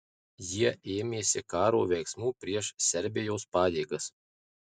jie ėmėsi karo veiksmų prieš serbijos pajėgas